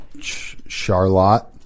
Charlotte